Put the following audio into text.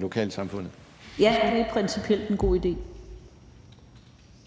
lokalsamfundet. Kl. 12:07 Jette Gottlieb